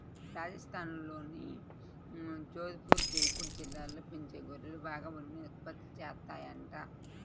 రాజస్థాన్లోని జోధపుర్, జైపూర్ జిల్లాల్లో పెంచే గొర్రెలు బాగా ఉన్నిని ఉత్పత్తి చేత్తాయంట